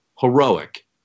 heroic